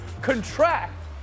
contract